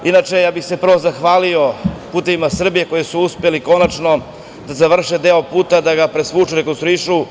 Inače, ja bih se prvo zahvalio „Putevima Srbije“ koji su uspeli konačno da završe deo puta, da ga presvuku, rekonstruišu.